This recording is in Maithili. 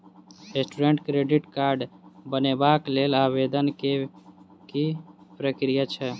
स्टूडेंट क्रेडिट कार्ड बनेबाक लेल आवेदन केँ की प्रक्रिया छै?